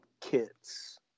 kits